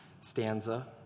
stanza